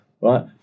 right